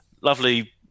Lovely